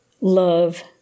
love